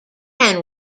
can